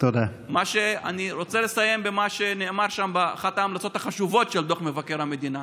אני רוצה לסיים במה שנאמר שם באחת ההמלצות החשובות של דוח מבקר המדינה: